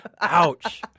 Ouch